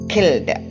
Killed